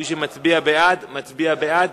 מי שמצביע בעד, מצביע בעד.